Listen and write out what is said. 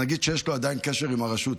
נגיד שיש לו עדיין קשר עם הרשות,